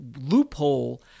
loophole